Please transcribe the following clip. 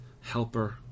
helper